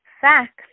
facts